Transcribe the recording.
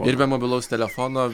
ir be mobilaus telefono